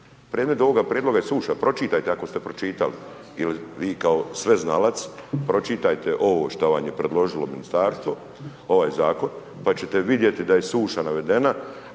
Predmet ovoga prijedloga je suša, pročitajte ako ste pročitali ili vi kao sveznalac pročitajte ovo šta vam je predložilo ministarstvo ovaj zakon, pa ćete vidjeti da je suša navedena,